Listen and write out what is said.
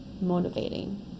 motivating